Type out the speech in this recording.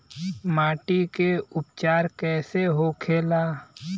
माटी के उपचार कैसे होखे ला?